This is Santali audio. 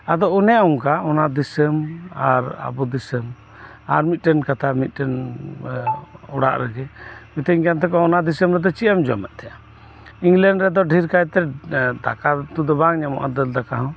ᱟᱫᱚ ᱚᱱᱮ ᱚᱱᱠᱟ ᱚᱱᱟ ᱫᱤᱥᱟᱹᱢ ᱟᱨ ᱟᱵᱩ ᱫᱤᱥᱟᱹᱢ ᱟᱨ ᱢᱤᱫᱴᱮᱱ ᱠᱟᱛᱷᱟ ᱢᱤᱫᱴᱮᱱ ᱚᱲᱟᱜ ᱨᱮᱜᱤ ᱢᱤᱛᱟᱹᱧ ᱠᱟᱱᱛᱟᱦᱮᱸᱜ ᱟᱠᱩ ᱚᱱᱟ ᱫᱤᱥᱟᱹᱢ ᱨᱮᱫᱚ ᱪᱮᱫ ᱮᱢ ᱡᱚᱢᱮᱫ ᱛᱟᱦᱮᱸᱜᱼᱟ ᱤᱝᱞᱮᱱᱰ ᱨᱮᱫᱚ ᱰᱷᱤᱨᱠᱟᱭ ᱛᱮ ᱫᱟᱠᱟ ᱩᱛᱩ ᱫᱚ ᱵᱟᱝ ᱧᱟᱢᱚᱜᱼᱟ ᱫᱟᱹᱞ ᱫᱟᱠᱟᱦᱚᱸ